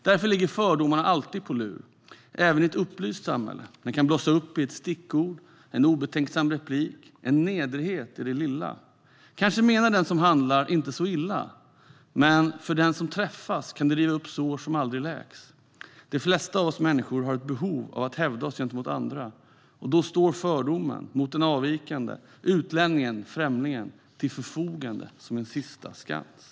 Därför ligger fördomen alltid på lur, även i ett upplyst samhälle. Den kan blossa ut i ett stickord, en obetänksam replik, en nedrighet i det lilla. Kanske menar den som handlar inte så illa. Men för den som träffas kan det riva upp sår som aldrig läks. De flesta av oss människor har ett behov att hävda oss gentemot andra. Och då står fördomen mot den avvikande - utlänningen, främlingen - till förfogande som en sista skans."